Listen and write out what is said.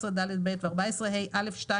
14ד(ב) ו־14ה(א)(2),